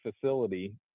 facility